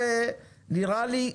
זה נראה לי תמוה.